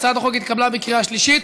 הצעת החוק התקבלה בקריאה שלישית,